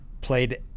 played